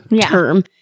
term